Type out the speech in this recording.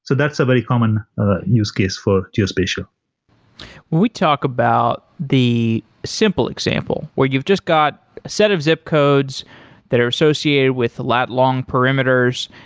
so that's a very common use case for geospatial we talk about the simple example, where you've just got a set of zip codes that are associated with lat long perimeters,